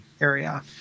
area